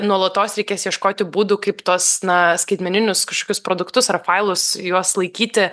nuolatos reikės ieškoti būdų kaip tuos na skaitmeninius kažkokius produktus ar failus juos laikyti